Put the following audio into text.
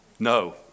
No